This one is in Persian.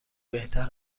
بهتر